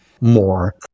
more